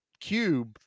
cube